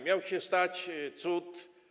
Miał się stać cud.